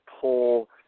pull